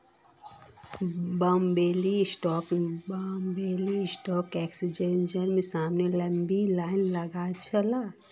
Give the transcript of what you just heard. Bombay stock एक्सचेंजेर सामने लंबी लाइन लागिल छिले